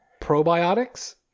Probiotics